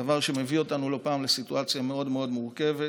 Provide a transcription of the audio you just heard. דבר זה מביא אותנו לא פעם לסיטואציה מאוד מאוד מורכבת.